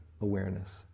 awareness